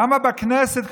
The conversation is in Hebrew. למה בכנסת,